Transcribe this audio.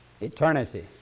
Eternity